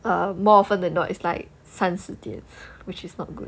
err more often than not it's like 三四点 which is not good